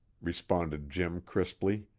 responded jim crisply.